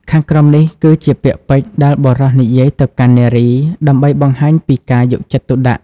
ខាងក្រោមនេះគឺជាពាក្យពេចន៍៍ដែលបុរសនិយាយទៅកាន់នារី ដើម្បីបង្ហាញពីការយកចិត្តទុក្ខដាក់។